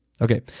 Okay